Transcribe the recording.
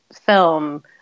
film